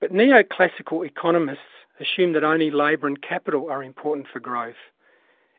but neoclassical economists assume that only labour and capital are important for growth